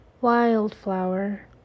wildflower